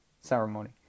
ceremony